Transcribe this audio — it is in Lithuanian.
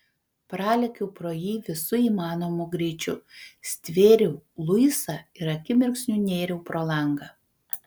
pralėkiau pro jį visu įmanomu greičiu stvėriau luisą ir akimirksniu nėriau pro langą